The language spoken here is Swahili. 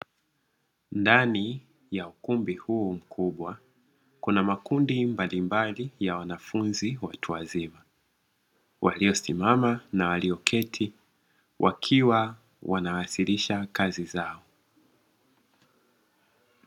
Ndani ya ukumbi huu mkubwa, kuna makundi mbalimbali ya wanafunzi watu wazima, waliosimama na walioketi wakiwa wanawasilisha kazi zao.